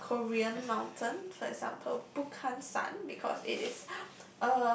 a Korean mountain for example Bukhansan because it is